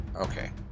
Okay